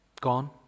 gone